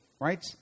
Right